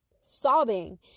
sobbing